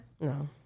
No